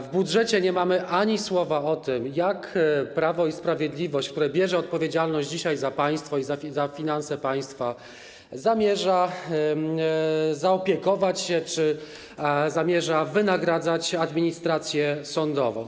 W budżecie nie mamy ani słowa o tym, jak Prawo i Sprawiedliwość, które dzisiaj bierze odpowiedzialność za państwo i za finanse państwa, zamierza zaopiekować się, zamierza wynagradzać administrację sądową.